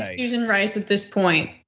ah susan rice at this point.